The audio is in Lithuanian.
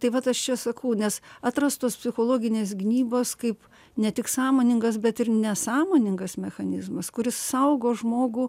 tai vat aš čia sakau nes atrastos psichologinės gynybos kaip ne tik sąmoningas bet ir nesąmoningas mechanizmas kuris saugo žmogų